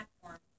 platform